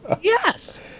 Yes